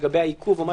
לגבי העיכוב.